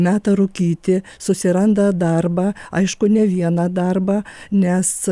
meta rūkyti susiranda darbą aišku ne vieną darbą nes